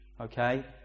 Okay